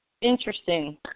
Interesting